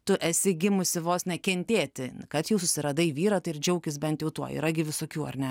tu esi gimusi vos ne kentėti kad jau susiradai vyrą tai ir džiaukis bent jau tuo yra gi visokių ar ne